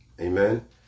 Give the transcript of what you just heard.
amen